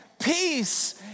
peace